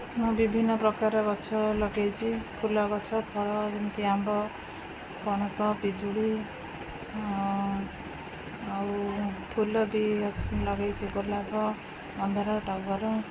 ମୁଁ ବିଭିନ୍ନପ୍ରକାର ଗଛ ଲଗାଇଛି ଫୁଲ ଗଛ ଫଳ ଯେମିତି ଆମ୍ବ ପଣସ ପିଜୁଳି ଆଉ ଫୁଲ ବି ଅଛି ଲଗାଇଛି ଗୋଲାପ ମନ୍ଦାର ଟଗର